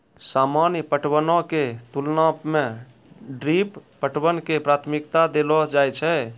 सामान्य पटवनो के तुलना मे ड्रिप पटवन के प्राथमिकता देलो जाय छै